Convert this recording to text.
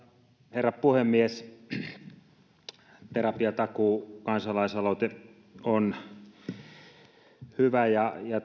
herra puhemies terapiatakuu kansalaisaloite on hyvä ja